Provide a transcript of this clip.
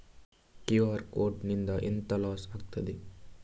QR code ನಿಂದ ಎಂತ loss ಆಗ್ತದೆ?